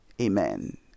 Amen